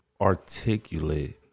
articulate